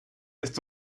ist